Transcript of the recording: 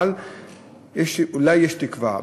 אבל אולי יש תקווה,